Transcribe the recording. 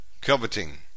Coveting